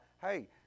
hey